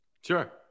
Sure